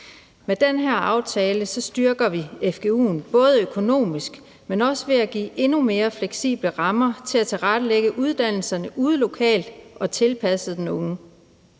Med den her aftale styrker vi fgu'en – både økonomisk, men også ved at give endnu mere fleksible rammer til at tilrettelægge uddannelserne ude lokalt og tilpasset den unge.